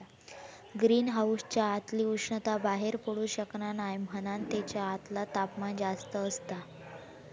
green हाउसच्या आतली उष्णता बाहेर पडू शकना नाय म्हणान तेच्या आतला तापमान जास्त असता